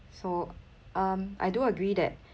so um I do agree that